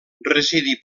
residí